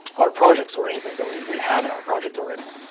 our projects or anything that we we have in our project already.